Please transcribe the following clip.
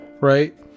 Right